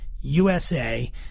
USA